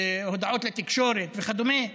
הודעות לתקשורת וכדומה,